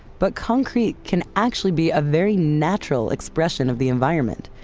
but concrete can actually be a very natural expression of the environment.